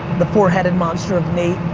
the four headed monster of nate,